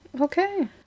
Okay